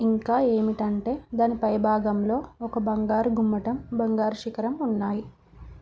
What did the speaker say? ఇంకా ఏమిటంటే దాని పైభాగంలో ఒక బంగారు గుమ్మటం బంగారు శిఖరం ఉన్నాయి